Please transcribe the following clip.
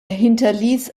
hinterließ